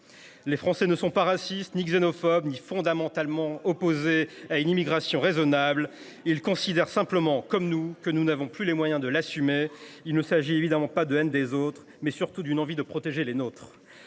Les Français ne sont ni racistes, ni xénophobes, ni fondamentalement opposés à une immigration raisonnable. Eux non, mais vous, si ! Ils considèrent simplement comme nous que nous n’avons plus les moyens de l’assumer. Il s’agit évidemment non pas d’une haine des autres, mais d’une envie de protéger les nôtres.